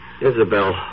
Isabel